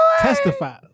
testify